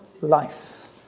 life